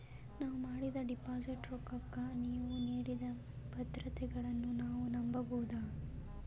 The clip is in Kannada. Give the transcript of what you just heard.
ನಾವು ಮಾಡಿದ ಡಿಪಾಜಿಟ್ ರೊಕ್ಕಕ್ಕ ನೀವು ನೀಡಿದ ಭದ್ರತೆಗಳನ್ನು ನಾವು ನಂಬಬಹುದಾ?